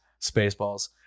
Spaceballs